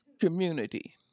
Community